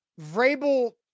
Vrabel